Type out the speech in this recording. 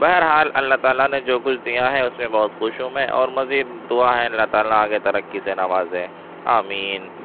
بہرحال اللہ تعالیٰ نے جو کچھ دیا ہے اس میں بہت خوش ہوں میں اور مزید دعا ہے اللہ تعالیٰ آگے ترقی سے نوازے آمین